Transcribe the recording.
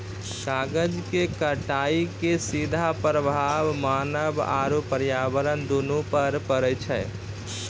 जंगल के कटाइ के सीधा प्रभाव मानव आरू पर्यावरण दूनू पर पड़ै छै